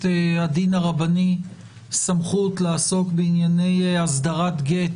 הדין הרבני סמכות לעסוק בענייני הסדרת גט